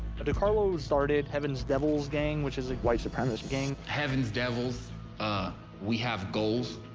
decarlo started heaven's devils gang, which is a white supremacist gang. heaven's devils, ah we have goals.